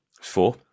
Four